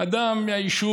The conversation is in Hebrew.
אדם מהיישוב,